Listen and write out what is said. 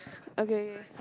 okay